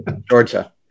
Georgia